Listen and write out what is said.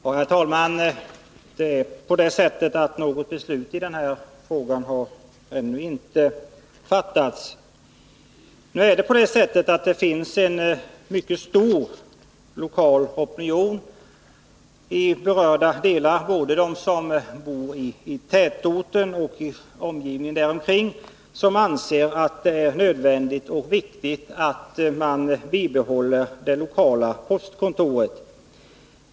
Herr talman! Något beslut i den här frågan har ju ännu inte fattats. Nu är det på det sättet att det finns en mycket stor lokal opinion i berörda delar av kommunen. Både de som bor i tätorten och de som bor i omgivningen anser det nödvändigt och riktigt att man bibehåller det lokala postkontoret.